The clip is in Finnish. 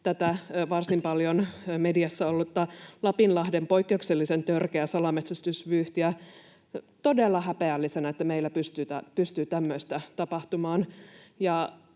tätä varsin paljon mediassa ollutta Lapinlahden poikkeuksellisen törkeää salametsästysvyyhtiä, todella häpeällisenä, että meillä pystyy tämmöistä tapahtumaan.